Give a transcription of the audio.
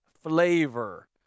flavor